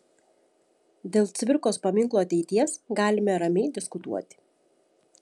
dėl cvirkos paminklo ateities galime ramiai diskutuoti